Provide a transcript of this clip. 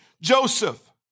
Joseph